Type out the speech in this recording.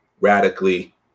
radically